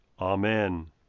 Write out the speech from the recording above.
Amen